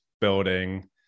building